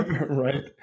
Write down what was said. Right